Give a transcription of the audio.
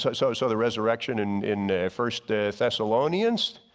so so so the resurrection and in first thessalonians.